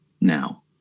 now